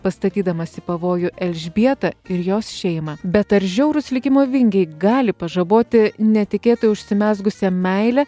pastatydamas į pavojų elžbietą ir jos šeimą bet ar žiaurūs likimo vingiai gali pažaboti netikėtai užsimezgusią meilę